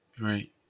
Right